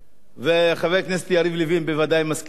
חבר הכנסת יריב לוין ודאי מסכים אתי,